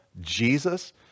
Jesus